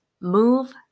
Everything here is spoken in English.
move